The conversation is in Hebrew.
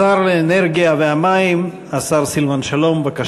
שר האנרגיה והמים, השר סילבן שלום, בבקשה, אדוני.